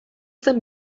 zen